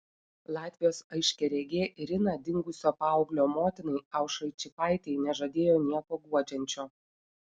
latvijos aiškiaregė irina dingusio paauglio motinai aušrai čypaitei nežadėjo nieko guodžiančio